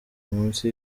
munsi